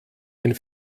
ein